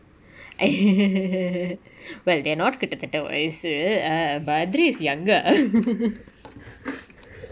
but there not கிட்டத்தட்ட ஒரே வயசு:kittathatta ore vayasu err bathri is younger